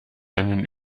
einen